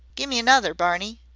gi' me another, barney.